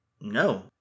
no